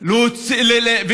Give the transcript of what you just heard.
כל הכבוד.